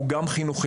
הוא גם חינוכי.